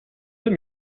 deux